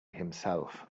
himself